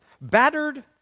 battered